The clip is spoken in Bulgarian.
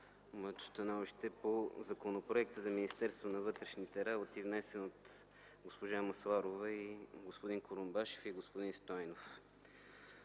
моето становище по законопроекта за Министерството на вътрешните работи, внесен от госпожа Масларова, господин Курумбашев и господин Стойнев.